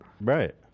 Right